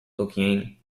looking